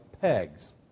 pegs